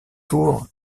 tour